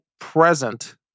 present